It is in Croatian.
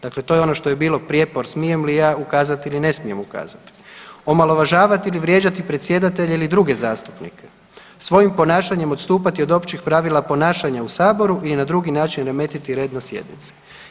Dakle to je ono što je bilo prijepor, smijem li ja ukazati ili ne smijem ukazati; omalovažavati ili vrijeđati predsjedavatelje ili druge zastupnike, svojim ponašanjem odstupati od općih pravila ponašanja u Saboru ili na drugi način remetiti red na sjednici.